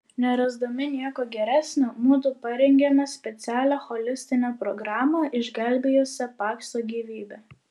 nerasdami nieko geresnio mudu parengėme specialią holistinę programą išgelbėjusią pakso gyvybę